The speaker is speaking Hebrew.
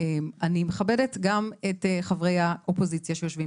אני מכבדת גם את חברי האופוזיציה שיושבים